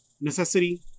necessity